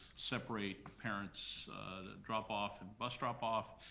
separate parents' drop off and bus drop off,